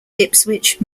ipswich